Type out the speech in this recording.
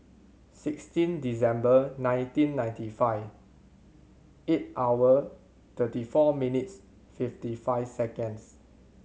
sixteen December nineteen ninety five eight hour thirty four minutes fifty five seconds